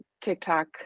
TikTok